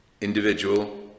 Individual